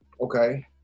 Okay